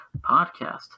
Podcast